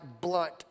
blunt